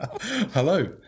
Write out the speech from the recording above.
Hello